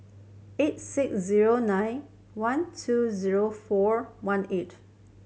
eight six zero nine one two zero four one eight